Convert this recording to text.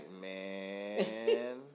man